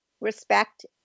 respect